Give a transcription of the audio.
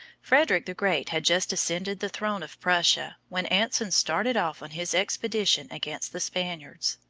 frederick the great had just ascended the throne of prussia when anson started off on his expedition against the spaniards.